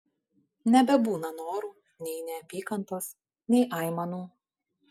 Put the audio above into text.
nebebūna norų nei neapykantos nei aimanų